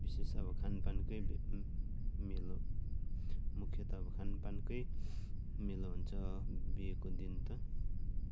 विशेष अब खानपानकै ब मेलो मुख्यतः अब खानपानकै मेलो हुन्छ बिहेको दिन त